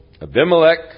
Abimelech